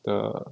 the